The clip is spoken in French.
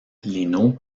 lino